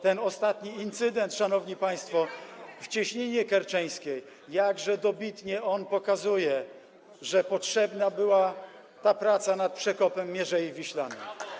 Ten ostatni incydent, szanowni państwo, w Cieśninie Kerczeńskiej, jakże dobitnie pokazuje, że potrzebna była praca nad przekopem Mierzei Wiślanej.